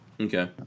Okay